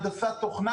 הנדסת תוכנה,